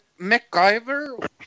MacGyver